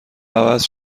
عوض